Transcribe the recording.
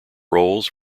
roles